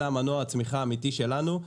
זה מנוע הצמיחה האמיתי שלנו.